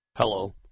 Hello